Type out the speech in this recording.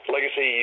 Legacy